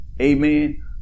amen